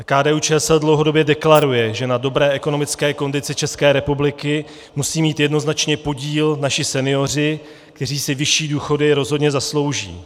KDUČSL dlouhodobě deklaruje, že na dobré ekonomické kondici ČR musí mít jednoznačně podíl naši senioři, kteří si vyšší důchody rozhodně zaslouží.